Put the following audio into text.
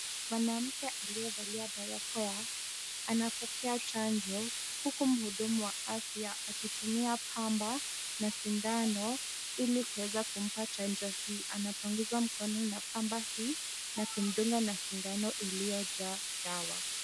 Mwanamke aliyevalia balakoa, anapokea chanjo huku mhudumu wa afya akitumia bamba na sindano ili kuweza kumpa chanjo hii. Anapanguza mkono na bamba hii na kumdunga na sindano iliyojaa dawa.